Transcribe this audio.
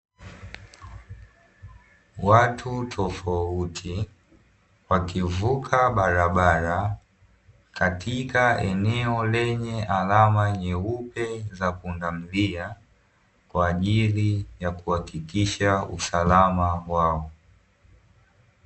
Watu tofauti wakivuka barabara katikati eneo lenye alama nyeupe ya pundamilia, kwa ajili ya kuhakikisha usalama wao.